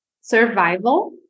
survival